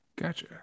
Gotcha